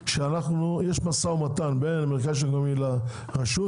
שיש משא ומתן בין מרכז השלטון המקומי לבין הרשות,